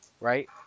right